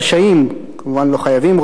רשאים" כמובן לא חייבים,